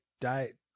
diet